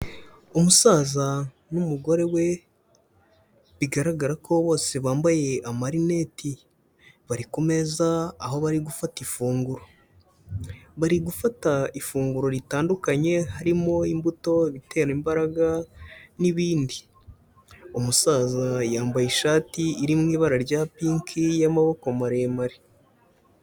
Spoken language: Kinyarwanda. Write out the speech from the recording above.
Umusaza n'umugore we bigaragara ko bose bambaye amarineti bari ku meza aho bari gufata ifunguro, bari gufata ifunguro ritandukanye harimo imbuto, ibitera imbaraga n'ibindi, umusaza yambaye ishati iri mu ibara rya pinki y'amaboko maremare.